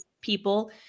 people